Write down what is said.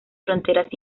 fronteras